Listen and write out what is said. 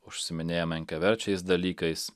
užsiiminėja menkaverčiais dalykais